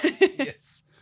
Yes